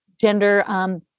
gender